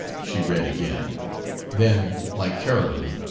she read again then, like carolyn,